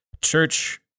church